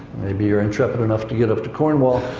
maybe you're intrepid enough to get up to cornwall.